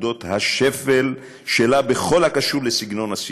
מנקודות השפל שלה בכל הקשור לסגנון השיח,